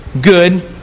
good